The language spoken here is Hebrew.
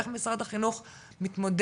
איך משרד החינוך מתמודד,